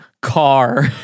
car